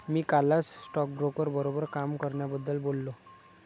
मी कालच स्टॉकब्रोकर बरोबर काम करण्याबद्दल बोललो